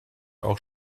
auch